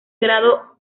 grado